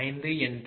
95 என்று